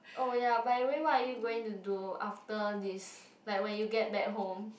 oh ya by the way what are you going to do after this like when you get back home